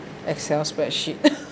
excel spreadsheet